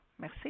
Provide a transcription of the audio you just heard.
Merci